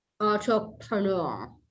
entrepreneur